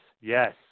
yes